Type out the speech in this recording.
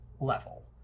level